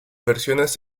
versiones